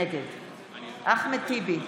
נגד אחמד טיבי,